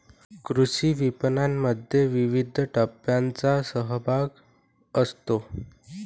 कृषी विपणनामध्ये विविध टप्प्यांचा सहभाग असतो